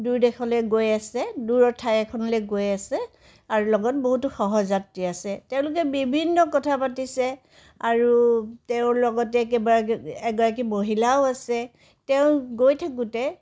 দূৰ দেশলৈ গৈ আছে দূৰৰ ঠাই এখনলৈ গৈ আছে আৰু লগত বহুতো সহযাত্ৰী আছে তেওঁলোকে বিভিন্ন কথা পাতিছে আৰু তেওঁৰ লগতে কেইবা এগৰাকী মহিলাও আছে তেওঁ গৈ থাকোঁতে